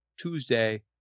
Tuesday